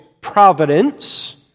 providence